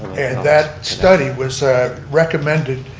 and that study was ah recommended